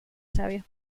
sabios